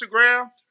Instagram